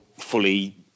fully